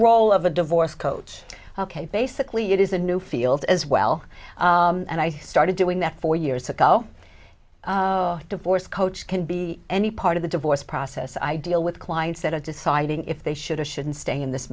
role of a divorce coach ok basically it is a new field as well and i started doing that four years ago divorce coach can be any part of the divorce process i deal with clients that are deciding if they should or shouldn't stay in this